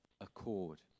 accord